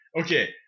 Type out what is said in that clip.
Okay